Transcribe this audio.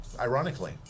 Ironically